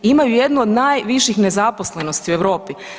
Imaju jednu od najviših nezaposlenosti u Europi.